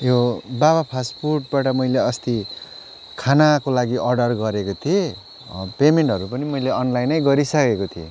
यो बाबा फास्ट फुडबाट मैले अस्ति खानाको लागि अर्डर गरेको थिएँ पेमेन्टहरू पनि मैले अनलाइनै गरिसकेको थिएँ